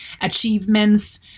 achievements